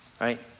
Right